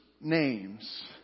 names